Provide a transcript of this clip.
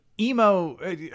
emo